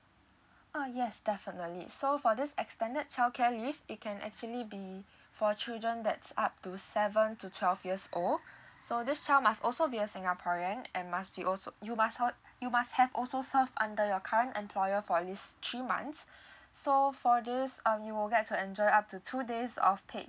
ah yes definitely so for this extended childcare leave it can actually be for children that's up to seven to twelve years old so this child must also be a singaporean and must be also you must hot~ you must have also served under your current employer for at least three months so for this um you will get to enjoy up to two days of paid